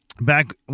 back